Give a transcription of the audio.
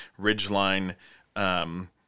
Ridgeline